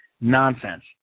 Nonsense